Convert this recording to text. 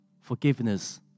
Forgiveness